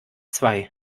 zwei